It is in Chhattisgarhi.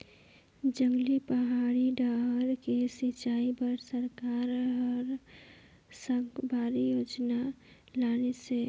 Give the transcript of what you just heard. जंगली, पहाड़ी डाहर के सिंचई बर सरकार हर साकम्बरी योजना लानिस हे